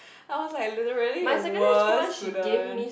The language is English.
I was like literally the worst student